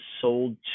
sold